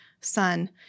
son